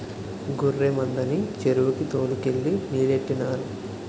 గొర్రె మందని చెరువుకి తోలు కెళ్ళి నీలెట్టినారు